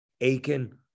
Aiken